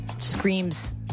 screams